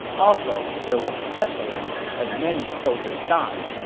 also, there was pestilence and many soldiers died,